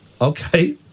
Okay